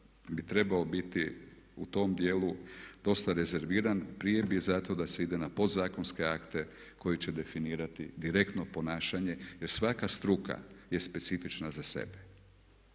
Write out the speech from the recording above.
bi trebao biti u tom djelu dosta rezerviran. Prije bih zato da se ide na pod zakonske akte koji će definirati direktno ponašanje jer svaka struka je specifična za sebe.